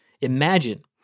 Imagine